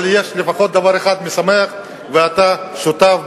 אבל יש לפחות דבר אחד משמח ואתה שותף בו.